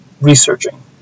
researching